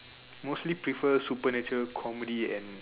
mostly prefer supernatural comedy and